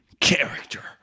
character